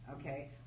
okay